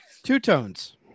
Two-tones